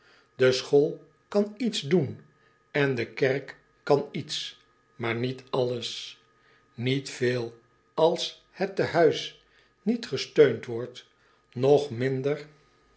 de school kan iets doen en de kerk kan iets maar niet alles niet veel als het tehuis niet gesteund wordt nog minder